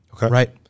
right